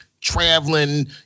traveling